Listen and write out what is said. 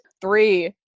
Three